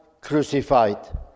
crucified